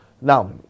Now